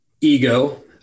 Ego